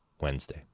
Wednesday